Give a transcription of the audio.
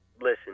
listen